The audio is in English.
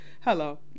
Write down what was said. Hello